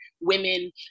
women